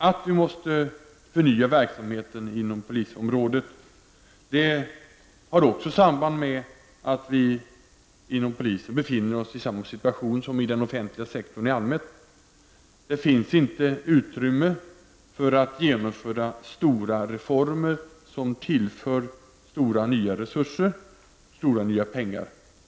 Att vi måste förnya verksamheten inom polisområdet har också ett samband med att polisen befinner sig i samma situation som den offentliga sektorn i allmänhet: Det finns inte utrymme för ett genomförande av stora reformer som kräver stora nya resurser, stora nya pengar.